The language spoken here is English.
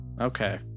Okay